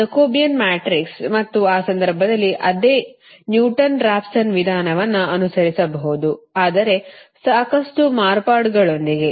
ಆ Jacobian matrix ಮತ್ತು ಆ ಸಂದರ್ಭದಲ್ಲಿ ಅದೇ ನ್ಯೂಟನ್ ರಾಫ್ಸನ್ ವಿಧಾನವನ್ನು ಅನುಸರಿಸಬಹುದು ಆದರೆ ಸಾಕಷ್ಟು ಮಾರ್ಪಾಡುಗಳೊಂದಿಗೆ